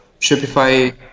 Shopify